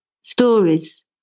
stories